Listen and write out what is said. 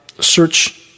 Search